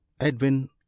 Edwin